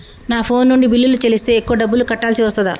నా ఫోన్ నుండి బిల్లులు చెల్లిస్తే ఎక్కువ డబ్బులు కట్టాల్సి వస్తదా?